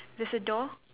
there's a door